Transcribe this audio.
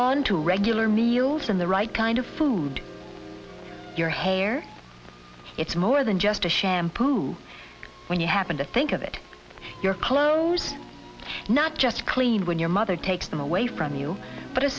on to regular meals when the right kind of food your hair it's more than just a shampoo when you happen to think of it your clothes not just clean when your mother takes them away from you but